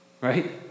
right